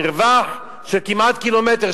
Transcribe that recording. מרווח של כמעט קילומטר,